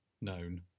known